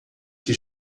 que